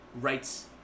rights